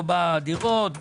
לא בדירות,